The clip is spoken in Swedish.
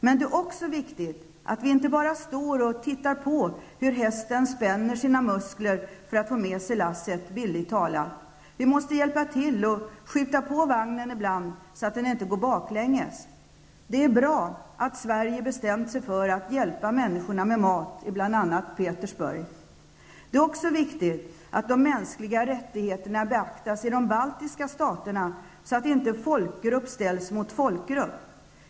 Men det är också viktigt att vi inte bara står och tittar på och ser hur hästen spänner sina muskler, bildligt talat, för att få med sig lasset. Vi måste hjälpa till och skjuta på vagnen ibland, så att den inte går baklänges. Det är bra att Sverige har bestämt sig för att hjälpa människorna i bl.a. Petersburg med mat. Dessutom är det viktigt att de mänskliga rättigheterna beaktas i de baltiska staterna, så att inte en folkgrupp ställs mot en annan.